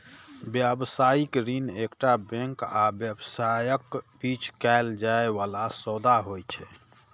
व्यावसायिक ऋण एकटा बैंक आ व्यवसायक बीच कैल जाइ बला सौदा होइ छै